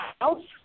house